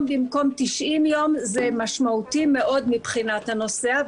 במקום 90 יום זה משמעותי מאוד מבחינת הנוסע,